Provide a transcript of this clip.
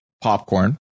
popcorn